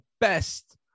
best